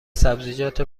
سبزیجات